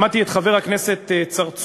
שמעתי את חבר הכנסת צרצור,